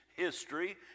history